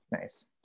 Nice